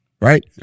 right